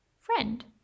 friend